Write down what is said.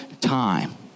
time